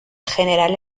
general